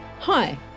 Hi